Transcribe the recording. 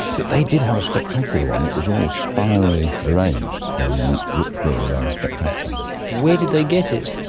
but they did have a spectacular one, it was all spirally arranged and looked really rather spectacular. where did they get it?